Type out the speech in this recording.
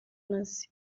inoze